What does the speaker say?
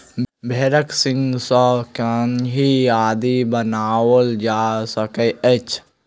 भेंड़क सींगसँ कंघी आदि बनाओल जा सकैत अछि